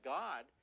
god